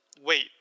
wait